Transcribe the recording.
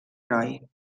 heroi